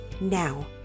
now